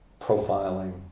profiling